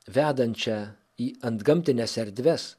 vedančią į antgamtines erdves